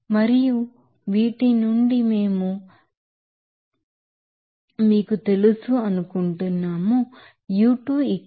మరియు తరువాత లెక్కించడం ద్వారా మనం ఈ విలువను సెకనుకు 11